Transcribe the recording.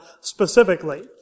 specifically